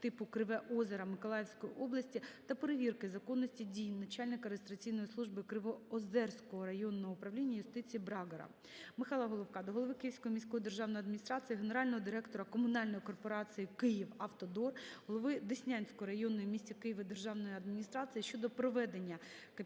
типу Криве Озеро Миколаївської області, та перевірки законності дій начальника реєстраційної служби Кривоозерського районного управління юстиції Брагара. Михайла Головка до голови Київської міської державної адміністрації, генерального директора комунальної корпорації "Київавтодор", голови Деснянської районної в місті Києві державної адміністрації щодо проведення капітального